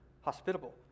hospitable